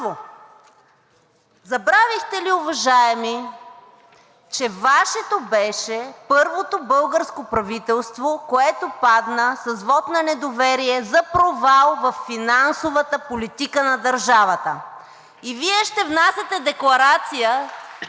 забравихте ли, уважаеми, че Ваше беше първото българско правителство, което падна с вот на недоверие за провал във финансовата политика на държавата, и Вие ще внасяте декларация,